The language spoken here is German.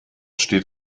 steht